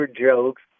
jokes